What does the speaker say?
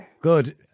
Good